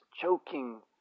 choking